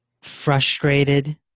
frustrated